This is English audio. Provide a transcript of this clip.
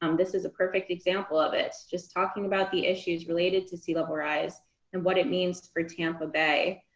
um this is a perfect example of it, just talking about the issues related to sea level rise and what it means for tampa bay.